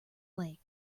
lake